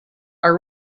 are